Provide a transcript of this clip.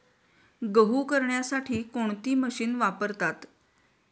गहू करण्यासाठी कोणती मशीन वापरतात?